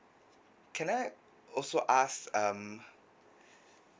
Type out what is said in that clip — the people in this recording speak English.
can I also ask um